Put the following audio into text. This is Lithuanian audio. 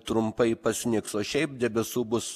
trumpai pasnigs o šiaip debesų bus